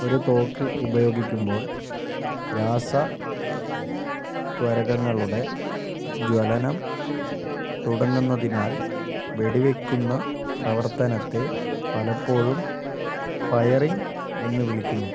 ഒരു തോക്ക് ഉപയോഗിക്കുമ്പോൾ രാസത്വരകങ്ങളുടെ ജ്വലനം തുടങ്ങുന്നതിനാല് വെടിവയ്ക്കുന്ന പ്രവർത്തനത്തെ പലപ്പോഴും ഫയറിംഗ് എന്ന് വിളിക്കുന്നു